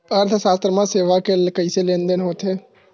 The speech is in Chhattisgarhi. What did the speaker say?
अर्थशास्त्र मा सेवा के कइसे लेनदेन होथे?